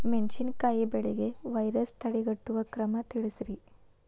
ಮೆಣಸಿನಕಾಯಿ ಬೆಳೆಗೆ ವೈರಸ್ ತಡೆಗಟ್ಟುವ ಕ್ರಮ ತಿಳಸ್ರಿ